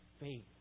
faith